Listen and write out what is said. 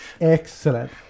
Excellent